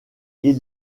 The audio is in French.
ils